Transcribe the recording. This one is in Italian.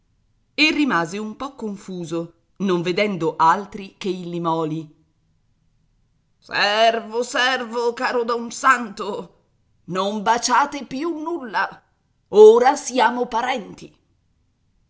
e rimase un po confuso non vedendo altri che il limòli servo servo caro don santo non baciate più nulla ora siamo parenti